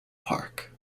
park